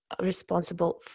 responsible